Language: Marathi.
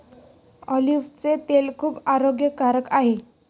ऑलिव्हचे तेल खूप आरोग्यकारक आहे